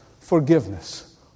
forgiveness